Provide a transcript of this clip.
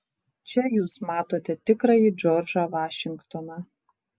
čia jūs matote tikrąjį džordžą vašingtoną